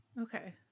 okay